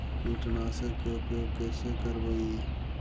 कीटनाशक के उपयोग कैसे करबइ?